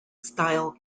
style